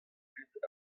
dud